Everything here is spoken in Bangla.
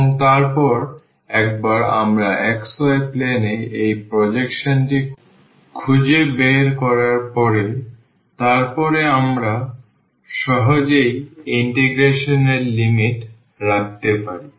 এবং তারপর একবার আমরা xy plane এ এই প্রজেকশনটি খুঁজে বের করার পরে তারপরে আমরা সহজেই ইন্টিগ্রেশন এর লিমিট রাখতে পারি